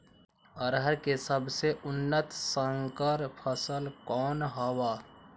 अरहर के सबसे उन्नत संकर फसल कौन हव?